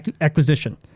acquisition